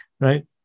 right